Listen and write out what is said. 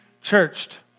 churched